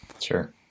Sure